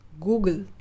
Google